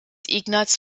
ignaz